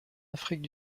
afrique